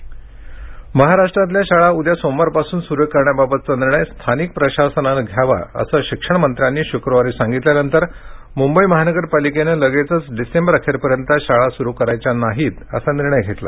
शाळा महाराष्ट्रातल्या शाळा उद्या सोमवारपासून सुरू करण्याबाबतचा निर्णय स्थानिक प्रशासनानं घ्यावा असं शिक्षणमंत्र्यांनी शुक्रवारी सांगितल्यानंतर मुंबई महानगरपालीकेनं लगेचच डिसेंबर अखेरपर्यंत शाळा सुरू करायच्या नाहीत असा निर्णय घेतला